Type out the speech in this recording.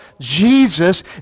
Jesus